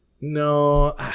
No